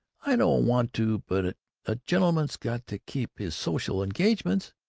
i don't want to, but a gentleman's got to keep his social engagements.